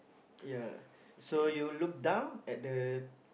ya so you look down at the